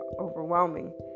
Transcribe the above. overwhelming